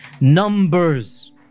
Numbers